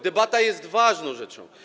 Debata jest ważną rzeczą.